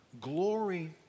Glory